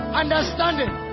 understanding